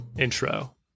Intro